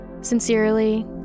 Sincerely